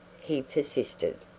he persisted.